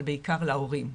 אבל בעיקר להורים.